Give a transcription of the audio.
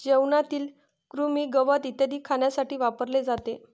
जेवणातील कृमी, गवत इत्यादी खाण्यासाठी वापरले जाते